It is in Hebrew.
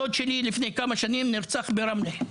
הדוד שלי לפני כמה שנים נרצח ברמלה,